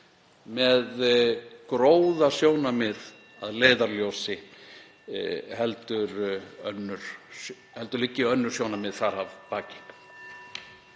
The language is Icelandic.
með gróðasjónarmið að leiðarljósi heldur liggi önnur sjónarmið þar að baki.